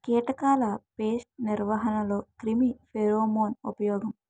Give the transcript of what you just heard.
కీటకాల పేస్ట్ నిర్వహణలో క్రిమి ఫెరోమోన్ ఉపయోగం